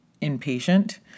impatient